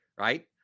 right